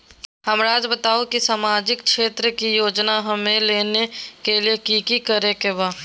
हमराज़ बताओ कि सामाजिक क्षेत्र की योजनाएं हमें लेने के लिए कि कि करे के बा?